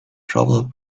trouble